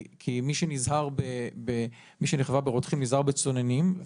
כי מי שנכוונה ברותחים נזהר בצוננים.